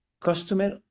customer